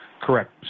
Correct